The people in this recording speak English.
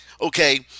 okay